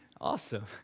Awesome